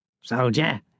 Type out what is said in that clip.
Soldier